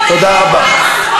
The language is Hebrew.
תודה רבה.